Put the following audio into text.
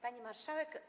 Pani Marszałek!